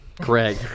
Greg